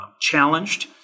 challenged